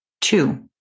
Two